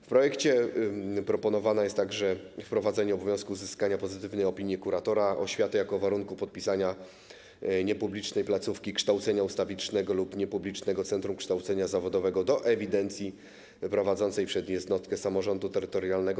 W projekcie proponowane jest także wprowadzenie obowiązku uzyskania pozytywnej opinii kuratora oświaty jako warunku wpisania niepublicznej placówki kształcenia ustawicznego lub niepublicznego centrum kształcenia zawodowego do ewidencji prowadzonej przez jednostkę samorządu terytorialnego.